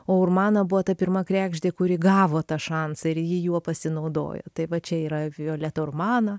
o urmana buvo ta pirma kregždė kuri gavo tą šansą ir ji juo pasinaudojo tai va čia yra violeta urmana